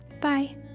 Bye